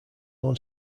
own